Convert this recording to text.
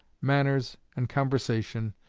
manners, and conversation,